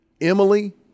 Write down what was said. Emily